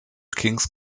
king’s